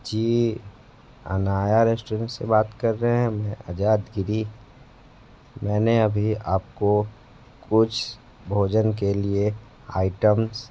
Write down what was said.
जी Anaya restaurant से बात कर रहे हैं मैं आजाद गिरी मैंने अभी आपको कुछ भोजन के लिए आईटम्स